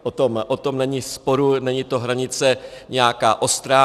O tom není sporu, není to hranice nějaká ostrá.